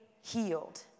healed